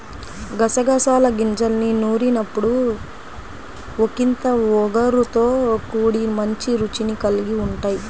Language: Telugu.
గసగసాల గింజల్ని నూరినప్పుడు ఒకింత ఒగరుతో కూడి మంచి రుచిని కల్గి ఉంటయ్